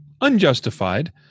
unjustified